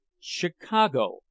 Chicago